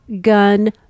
Gun